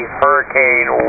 hurricane